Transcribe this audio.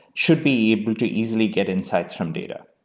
should be able to easily get insights from data.